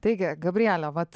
taigi gabriele vat